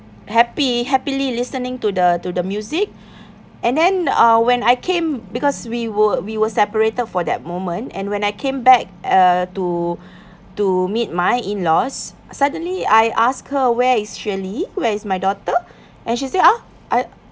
happy happily listening to the to the music and then uh when I came because we were we were separated for that moment and when I came back uh to to meet my in-laws suddenly I ask her where is shirley where is my daughter and she say !huh! I